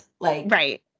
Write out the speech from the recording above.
Right